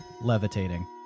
levitating